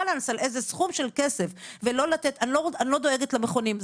על איזה סכום של כסף ולא לתת אני לא דואגת למכונים,